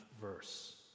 verse